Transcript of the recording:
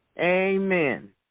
Amen